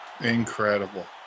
Incredible